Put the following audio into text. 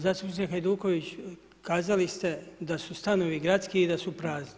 Zastupniče Hajduković kazali ste da su stanovi gradski i da su prazni.